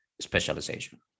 specialization